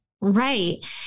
Right